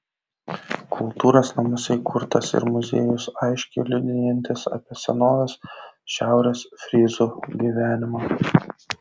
kultūros namuose įkurtas ir muziejus aiškiai liudijantis apie senovės šiaurės fryzų gyvenimą